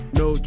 no